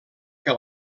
que